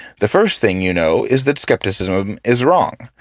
the first thing you know is that skepticism is wrong,